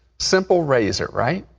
simple razor, right?